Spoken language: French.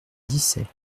dissay